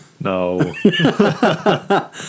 No